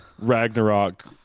Ragnarok